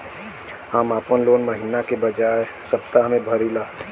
हम आपन लोन महिना के बजाय सप्ताह में भरीला